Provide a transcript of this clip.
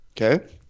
Okay